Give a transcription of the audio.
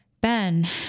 Ben